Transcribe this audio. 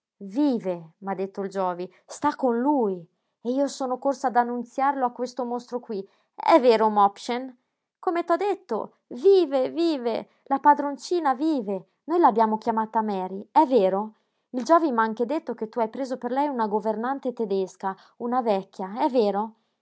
vive m'ha detto il giovi sta con lui e io sono corsa ad annunziarlo a questo mostro qui è vero mopchen come t'ho detto vive vive la padroncina vive noi l'abbiamo chiamata mary è vero il giovi m'ha anche detto che tu hai preso per lei una governante tedesca una vecchia è vero